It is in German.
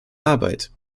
arbeit